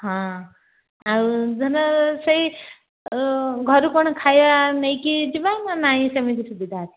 ହଁ ଆଉ ଧର ସେହି ଘରୁ କ'ଣ ଖାଇବା ନେଇକି ଯିବା ନା ନାହିଁ ସେମିତି ସୁବିଧା ଅଛି